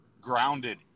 grounded